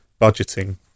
budgeting